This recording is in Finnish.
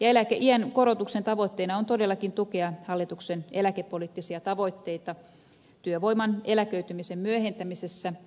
eläkeiän korotuksen tavoitteena on todellakin tukea hallituksen eläkepoliittisia tavoitteita työvoiman eläköitymisen myöhentämisessä